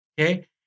Okay